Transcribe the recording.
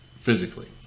physically